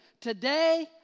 Today